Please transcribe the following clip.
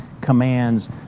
commands